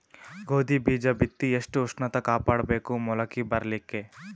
ಗೋಧಿ ಬೀಜ ಬಿತ್ತಿ ಎಷ್ಟ ಉಷ್ಣತ ಕಾಪಾಡ ಬೇಕು ಮೊಲಕಿ ಬರಲಿಕ್ಕೆ?